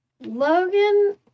Logan